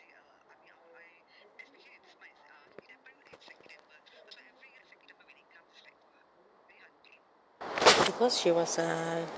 because she was a